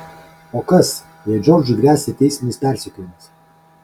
o kas jei džordžui gresia teisminis persekiojimas